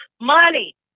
money